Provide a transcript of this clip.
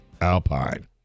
alpine